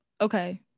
Okay